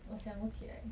我想不起来